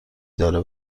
داره